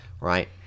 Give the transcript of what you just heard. right